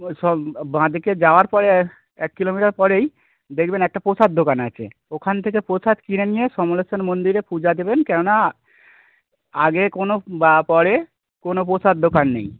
ওই সব বাঁদিকে যাওয়ার পরে এক কিলোমিটার পরেই দেকবেন একটা প্রসাদ দোকান আছে ওখান থেকে পোসাদ কিনে নিয়ে সমলেশ্বর মন্দিরে পূজা দেবেন কেননা আগে কোনো বা পরে কোনো প্রসাদ দোকান নেই